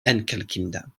enkelkinder